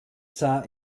sah